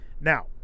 Now